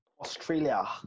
Australia